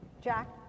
Jack